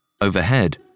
Overhead